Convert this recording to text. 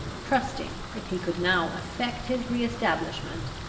trusting, if he could now effect his re-establishment,